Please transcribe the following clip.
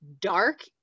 dark